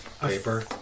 Paper